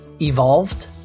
evolved